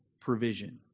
provision